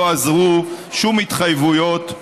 לא עזרו שום התחייבויות.